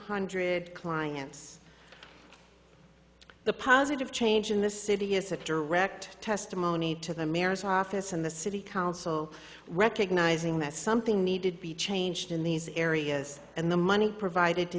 hundred clients the positive change in the city is a direct testimony to the mayor's office and the city council recognizing that something needed be changed in these areas and the money provided to